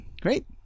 Great